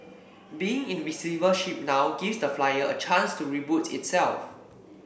being in receivership now gives the Flyer a chance to reboot itself